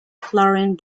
chlorine